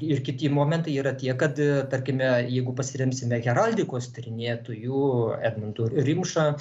ir kiti momentai yra tie kad tarkime jeigu pasiremsime heraldikos tyrinėtoju edmundu rimša